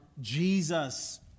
Jesus